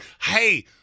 hey